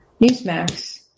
Newsmax